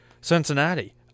Cincinnati